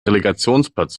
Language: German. relegationsplatz